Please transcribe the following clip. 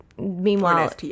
meanwhile